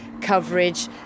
coverage